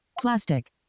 Plastic